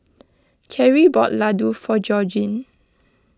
Keri bought Laddu for Georgine